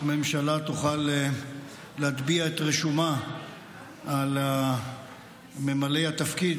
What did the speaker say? והממשלה תוכל להטביע את רישומה על ממלאי התפקיד,